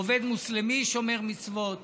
עובד מוסלמי שומר מצוות